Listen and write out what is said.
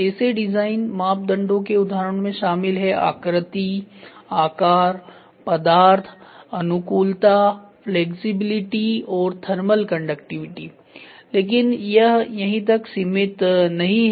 ऐसे डिजाइन मापदंडों के उदाहरणों में शामिल हैं आकृति आकारपदार्थ अनुकूलताफ्लैक्सिबिलिटी और थर्मल कंडक्टिविटी लेकिन यह यहीं तक सीमित नहीं है